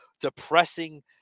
depressing